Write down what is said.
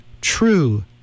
true